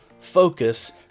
focus